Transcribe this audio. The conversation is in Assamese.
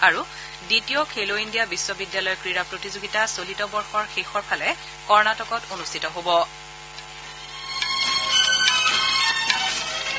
আৰু দ্বিতীয় খেল ইণ্ডিয়া বিশ্ববিদ্যালয় ক্ৰীড়া প্ৰতিযোগিতা চলিত বৰ্ষৰ শেষৰ ফালে কৰ্ণাটকত অনুষ্ঠিত হ'ব